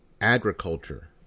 agriculture